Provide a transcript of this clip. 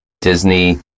Disney